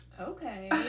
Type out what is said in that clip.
Okay